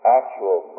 actual